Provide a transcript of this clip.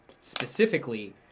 specifically